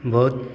ବହୁତ